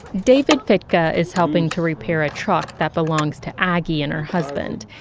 david fitka is helping to repair a truck that belongs to aggie and her husband.